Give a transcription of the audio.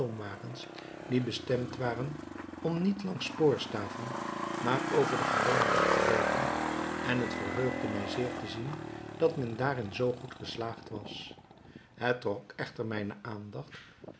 stoomwagens die bestemd waren om niet langs spoorstaven maar over den gewonen weg te loopen en het verheugde mij zeer te zien dat men daarin zoo goed geslaagd was het trok echter mijne aandacht